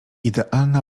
idealna